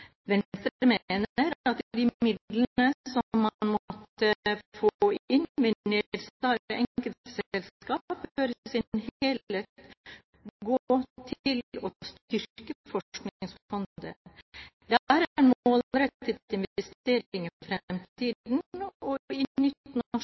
Venstre mener at de midlene som man måtte få inn ved nedsalg i enkelte selskap, i sin helhet bør gå til å styrke Forskningsfondet. Det er